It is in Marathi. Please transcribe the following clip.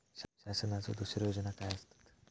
शासनाचो दुसरे योजना काय आसतत?